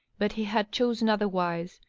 but he had chosen otherwise,